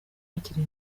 bakiri